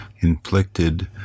inflicted